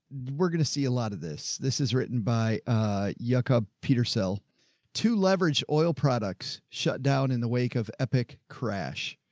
we're going to see a lot of this. this is written by a jakub peter sell to leveraged oil products shutdown in the wake of epic crash.